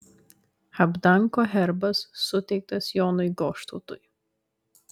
habdanko herbas suteiktas jonui goštautui